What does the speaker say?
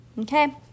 Okay